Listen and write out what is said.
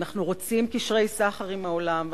ואנחנו רוצים קשרי סחר עם העולם,